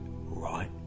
right